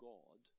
God